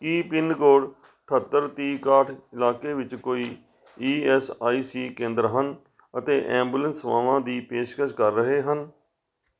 ਕੀ pincode ਅਠੱਤਰ ਤੀਹ ਇਕਾਹਠ ਇਲਾਕੇ ਵਿੱਚ ਕੋਈ ਈ ਐਸ ਆਈ ਸੀ ਕੇਂਦਰ ਹਨ ਅਤੇ ਐਂਬੂਲੈਂਸ ਸੇਵਾਵਾਂ ਦੀ ਪੇਸ਼ਕਸ਼ ਕਰ ਰਹੇ ਹਨ